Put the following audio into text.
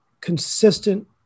consistent